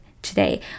today